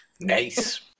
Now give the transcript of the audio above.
Nice